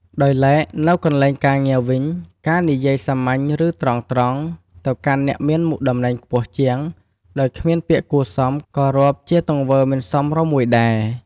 ដោយឡែកនៅកន្លែងការងារវិញ ការនិយាយសាមញ្ញ ឬ ត្រង់ៗ ទៅកាន់អ្នកមានមុខតំណែងខ្ពស់ជាងដោយគ្មានពាក្យគួរសមក៏រាប់ជាទង្វើមិនសមរម្យមួយដែរ។